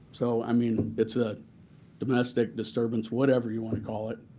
so i mean, it's a domestic disturbance, whatever you want to call it.